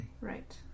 Right